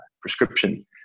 prescription